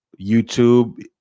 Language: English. YouTube